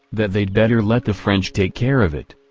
that they'd better let the french take care of it.